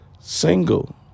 single